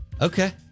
Okay